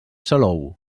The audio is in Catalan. salou